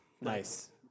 Nice